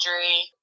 injury